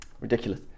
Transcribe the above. ridiculous